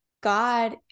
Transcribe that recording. God